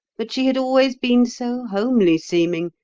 but she had always been so homely-seeming,